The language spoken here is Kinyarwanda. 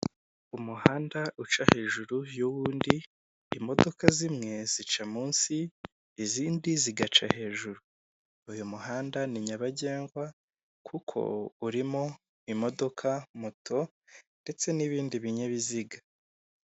Umuhanda uca hejuru y'uwundi, imodoka zimwe zica munsi izindi zigaca hejuru. Uyu muhanda ni nyabagendwa kuko urimo imodoka, moto ndetse n'ibindi binyabiziga.